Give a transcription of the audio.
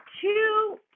two